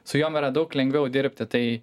su jom yra daug lengviau dirbti tai